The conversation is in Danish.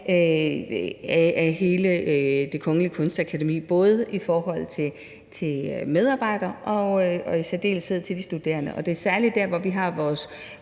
af hele Det Kongelige Danske Kunstakademi, både i forhold til medarbejderne og i særdeleshed de studerende. Det er særlig der, hvor vi har vores